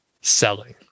selling